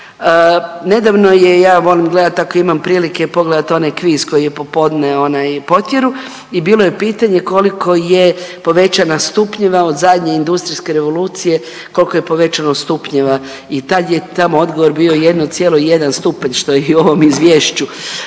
nedavno je, ja volim gledati ako imam prilike pogledat onaj kviz koji je popodne Potjeru. I bilo je pitanje koliko je povećana stupnjeva od zadnje industrijske revolucije, koliko je povećano stupnjeva. I tad je tamo odgovor bio 1,1 stupanj što je i u ovom izvješću.